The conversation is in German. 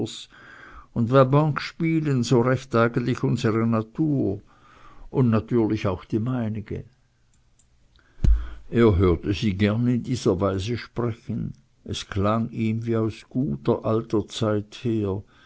und va banque spielen so recht eigentlich unsere natur und natürlich auch die meinige er hörte sie gern in dieser weise sprechen es klang ihm wie aus guter alter zeit her